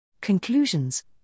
Conclusions